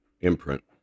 imprint